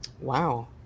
Wow